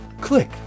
click